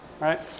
right